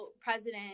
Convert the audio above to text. President